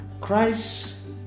Christ